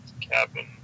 cabin